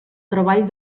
treball